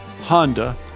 Honda